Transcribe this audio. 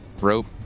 rope